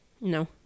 no